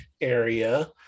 area